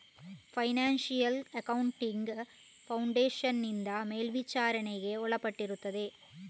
financial accounting foundation ನಿಂದ ಮೇಲ್ವಿಚಾರಣೆಗೆ ಒಳಪಟ್ಟಿರುತ್ತದೆ